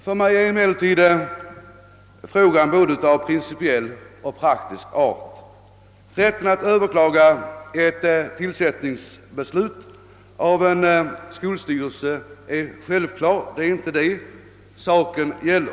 För mig är frågan emellertid av både principiell och praktisk art. Rätten att överklaga ett tillsättningsbeslut från en skolstyrelse är självklar, och det är inte detta saken gäller.